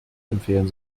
empfehlen